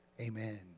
Amen